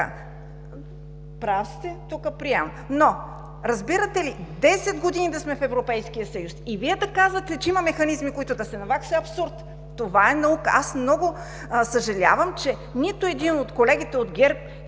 прав сте, тук приемам. Но, разбирате ли, десет години да сме в Европейския съюз и Вие да казвате, че има механизми, с които да се навакса, е абсурд! Това е наука! Аз много съжалявам, че нито един от колегите от ГЕРБ,